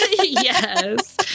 Yes